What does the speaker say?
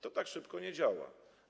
To tak szybko nie działa.